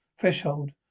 threshold